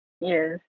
Yes